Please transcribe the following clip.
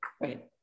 right